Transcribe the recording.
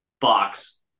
box